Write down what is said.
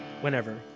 Whenever